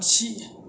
आख्सि